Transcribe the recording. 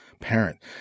parent